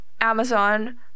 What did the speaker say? Amazon